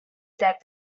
that